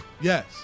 Yes